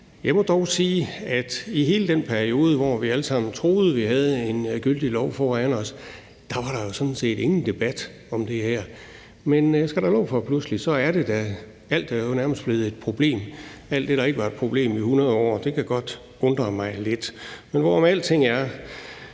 Jeg må dog sige, at i hele den periode, hvor vi alle sammen troede, vi havde en gyldig lov foran os, var der jo sådan set ingen debat om det her. Men jeg skal da love for, at pludselig er den der. Alt er jo nærmest blevet et problem – alt det, der ikke var et problem i 100 år. Det kan godt undre mig lidt. Men hvorom alting er,